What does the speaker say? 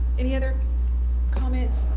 any other comments?